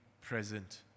present